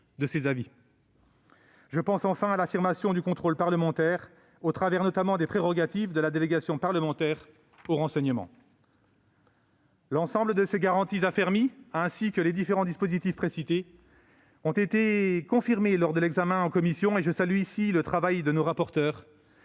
instance. Enfin, il affirme le contrôle parlementaire au travers, notamment, des prérogatives dont jouit la délégation parlementaire au renseignement. L'ensemble de ces garanties affermies, ainsi que les différents dispositifs précités, a été confirmé lors de l'examen en commission, et je salue le travail de nos rapporteurs,